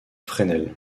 fresnel